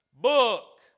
book